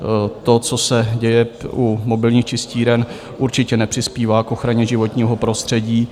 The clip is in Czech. To, co se děje u mobilních čistíren, určitě nepřispívá k ochraně životního prostředí.